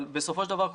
אבל בסופו של דבר,